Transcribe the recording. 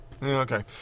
Okay